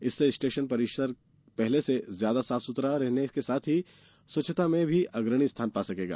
इससे स्टेशन परिसर पहले से ज्यादा साफ सुथरा रहने के साथ स्वच्छता में भी अग्रणी स्थान पा सकेगा